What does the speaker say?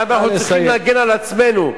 למה אנחנו צריכים להגן על עצמנו,